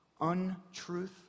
untruth